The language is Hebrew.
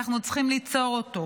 אנחנו צריכים ליצור אותו.